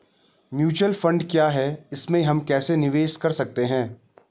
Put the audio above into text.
Mutual fund क्या है इसमें हम कैसे निवेश कर सकते हैं?